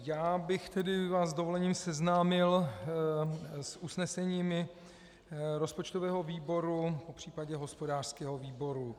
Já bych vás s dovolením seznámil s usneseními rozpočtového výboru, popřípadě hospodářského výboru.